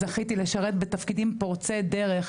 זכיתי לשרת בתפקידים פורצי דרך,